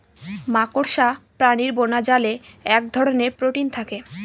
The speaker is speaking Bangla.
মাকড়সা প্রাণীর বোনাজালে এক ধরনের প্রোটিন থাকে